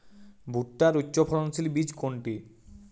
ভূট্টার উচ্চফলনশীল বীজ কোনটি?